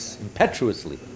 impetuously